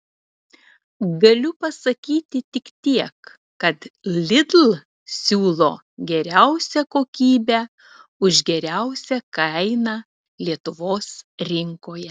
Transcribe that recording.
galiu pasakyti tik tiek kad lidl siūlo geriausią kokybę už geriausią kainą lietuvos rinkoje